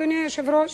אדוני היושב-ראש: